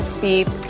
beep